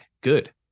good